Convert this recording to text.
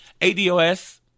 ADOS